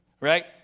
Right